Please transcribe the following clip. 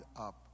up